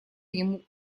ему